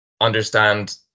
understand